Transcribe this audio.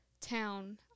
town